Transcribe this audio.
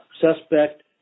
suspect